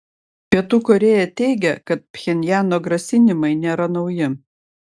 pietų korėja teigia kad pchenjano grasinimai nėra nauji